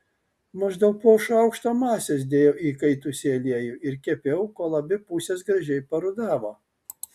maždaug po šaukštą masės dėjau į įkaitusį aliejų ir kepiau kol abi pusės gražiai parudavo